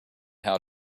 how